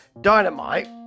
Dynamite